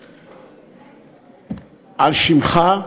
יירשם על שמך,